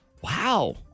Wow